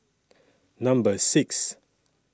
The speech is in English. Number six